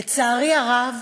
לצערי הרב,